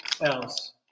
else